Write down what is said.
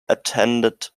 attendant